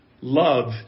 Love